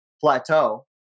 plateau